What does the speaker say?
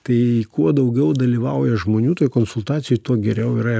tai kuo daugiau dalyvauja žmonių toj konsultacijoj tuo geriau yra